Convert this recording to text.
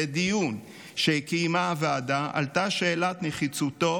בדיון שקיימה הוועדה עלתה שאלת נחיצותו